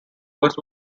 west